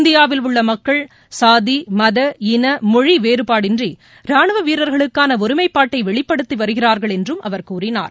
இந்தியாவில் உள்ளமக்கள் சாதி இன மத் மொழிவேறுபாடின்றிரானுவவீரர்களுக்கானஒருமைப்பாட்டைவெளிப்படுத்திவருகிறார்கள் என்றும் அவர் கூறினார்